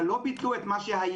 אבל לא ביטלו את מה שהיה.